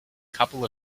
couple